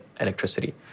electricity